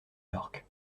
york